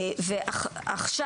ועכשיו,